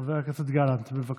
חבר הכנסת גלנט, בבקשה.